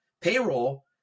payroll